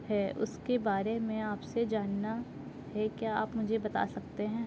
ہے اس کے بارے میں آپ سے جاننا ہے کیا آپ مجھے بتا سکتے ہیں